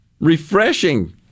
refreshing